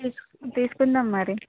తీసుకు తీసుకుందాం మరి